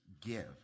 give